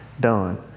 done